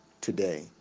today